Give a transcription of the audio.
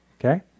Okay